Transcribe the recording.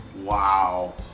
Wow